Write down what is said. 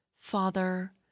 father